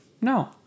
No